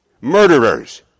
murderers